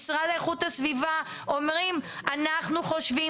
המשרד לאיכות הסביבה אומרים: אנחנו חושבים